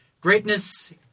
Greatness